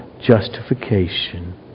justification